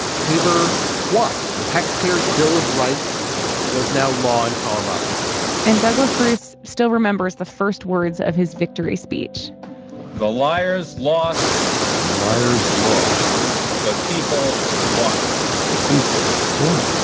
tabor won. the taxpayer's bill of rights was now law in colorado and douglas bruce still remembers the first words of his victory speech the liars lost the liars lost the people won the people won.